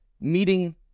meeting